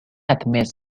admits